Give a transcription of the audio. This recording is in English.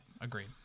agreed